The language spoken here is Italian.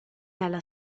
alla